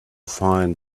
find